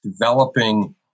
Developing